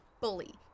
bully